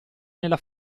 nella